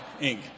Inc